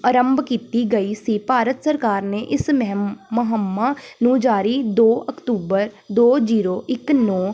ਅਰੰਭ ਕੀਤੀ ਗਈ ਸੀ ਭਾਰਤ ਸਰਕਾਰ ਨੇ ਇਸ ਮਹਿਮ ਮੁਹਿੰਮਾਂ ਨੂੰ ਜਾਰੀ ਦੋ ਅਕਤੂਬਰ ਦੋ ਜ਼ੀਰੋ ਇੱਕ ਨੌਂ